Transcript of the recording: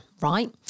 Right